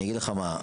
אני אגיד לך מה,